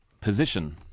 position